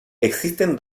existen